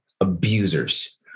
abusers